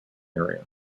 area